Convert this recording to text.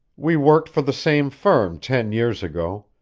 we worked for the same firm ten years ago,